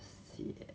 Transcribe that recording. sian